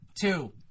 two